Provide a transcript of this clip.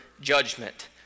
judgment